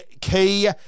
key